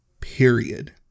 period